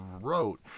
wrote